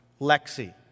Lexi